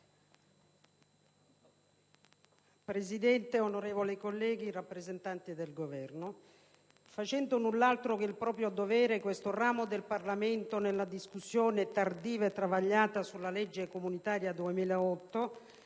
Presidente, onorevoli colleghi, rappresentati del Governo, facendo null'altro che il proprio dovere, questo ramo del Parlamento nella discussione, tardiva e travagliata, sulla legge comunitaria 2008